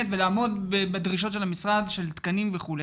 ולעמוד בדרישות של המשרד של תקנים וכו',